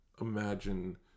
imagine